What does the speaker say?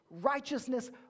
Righteousness